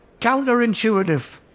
counterintuitive